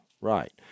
right